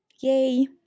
Yay